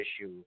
issue